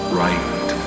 right